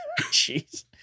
Jeez